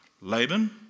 Laban